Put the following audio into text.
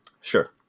Sure